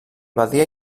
badia